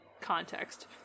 context